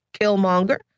Killmonger